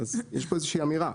אז יש פה איזושהי אמירה.